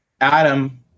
Adam